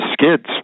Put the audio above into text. skids